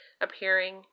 appearing